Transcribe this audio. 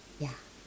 ya